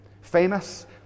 Famous